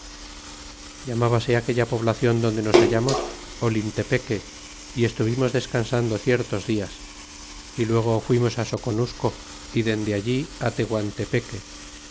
llamabase aquella poblacion donde los hallamos olintepeque y estuvimos descansando ciertos dias y luego fuimos soconusco y dende allí